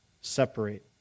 separate